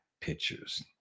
pictures